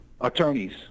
attorneys